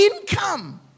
income